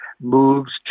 moves